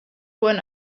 one